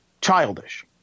childish